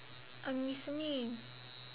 I'm listening